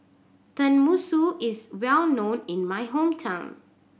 tenmusu is well known in my hometown